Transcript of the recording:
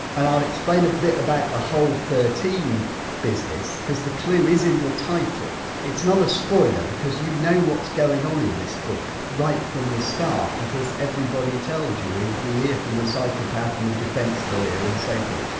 and i'll explain a bit about the whole thirteen business because the clue is in the title. it's not a spoiler because you know what's going on in this book right from the start because everybody tells you, we hear from the psychopath and the defence lawyer and so forth.